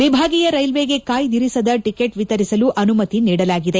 ವಿಭಾಗೀಯ ರೈಲ್ವೆಗೆ ಕಾಯ್ಗಿರಿಸದ ಟಿಕೆಟ್ ವಿತರಿಸಲು ಅನುಮತಿ ನೀಡಲಾಗಿದೆ